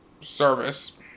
service